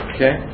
Okay